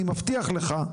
אני מבטיח לך,